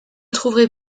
trouverez